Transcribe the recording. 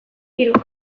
hiruk